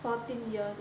fourteen years eh